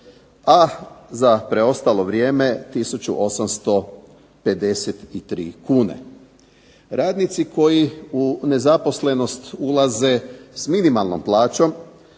a za preostalo vrijeme tisuću 853 kune. Radnici koji u nezaposlenost ulaze s minimalnom plaćom